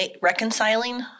Reconciling